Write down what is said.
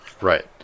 Right